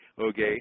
Okay